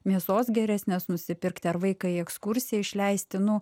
mėsos geresnės nusipirkti ar vaiką į ekskursiją išleisti nu